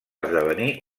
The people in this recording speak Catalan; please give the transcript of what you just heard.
esdevenir